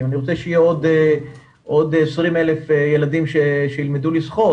אם אני רוצה שיהיו עוד 20,000 ילדים שילמדו לשחות,